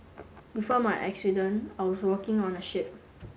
before my accident I was working on a ship